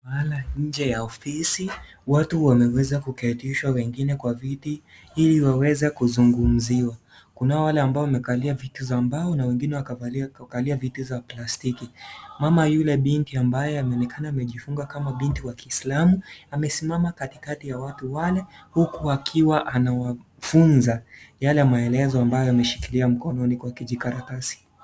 Mahala nje ya ofisi. Watu wameweza kuketishwa, wengine kwa viti, Ili waweze kuzungumziwa. Kuna hawa wale ambao wamekalia viti za mbao na wengine wakakalia viti za plastiki. Mama Yule binti ambaye amejulikana akifunga kama binti wa kiislamu amesimama kati kati ya watu huku pale akiwa anawafunza Yale maelezo ambayo ameshikilia mkononi kwa kijikaratasi.